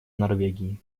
норвегии